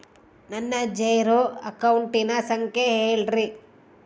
ನನ್ನ ಜೇರೊ ಅಕೌಂಟಿನ ಸಂಖ್ಯೆ ಹೇಳ್ರಿ?